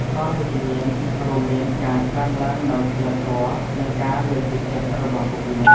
ផលវិជ្ជមាន រួមមានការកើនឡើងនូវសីលធម៌ និងការលើកទឹកចិត្តរបស់បុគ្គលិក។